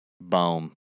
boom